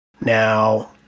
Now